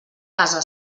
casa